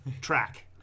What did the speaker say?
track